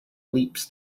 leaps